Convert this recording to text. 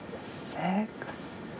six